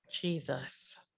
Jesus